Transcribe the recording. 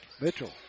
Mitchell